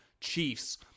Chiefs